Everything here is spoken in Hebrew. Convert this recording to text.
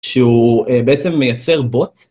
שהוא בעצם מייצר בוט